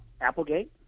Applegate